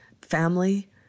family